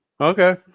Okay